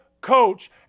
coach